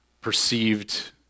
perceived